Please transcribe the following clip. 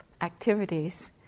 activities